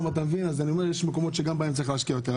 אז יש מקומות שגם בהם צריך להשקיע יותר.